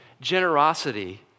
generosity